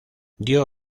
dio